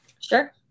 Sure